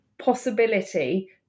possibility